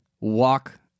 walk